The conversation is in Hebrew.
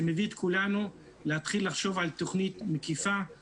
זה מביא את כולנו להתחיל לחשוב על תוכנית מקיפה.